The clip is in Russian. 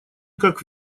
как